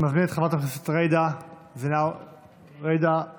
אני מזמין את חברת הכנסת ג'ידא רינאוי זועבי,